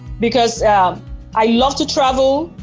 because i love to travel,